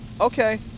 Okay